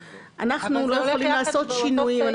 אנחנו לא יכולים לעשות שינויים,